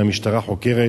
המשטרה חוקרת.